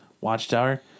watchtower